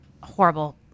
horrible